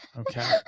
Okay